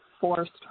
forced